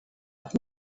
doch